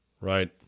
Right